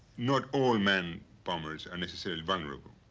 not all manned bombers are necessarily vulnerable.